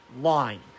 line